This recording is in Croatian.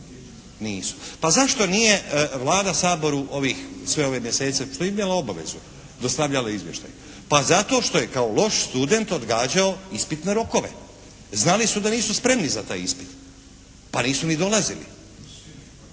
Pa zašto nije Vlada Saboru ovih, sve ove mjesece što je imala obvezu dostavljala izvještaj? Pa zato što je kao loš student odgađao ispitne rokove. Znači su da nisu spremni za taj ispit, pa nisu ni dolazili.